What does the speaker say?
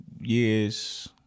years